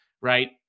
Right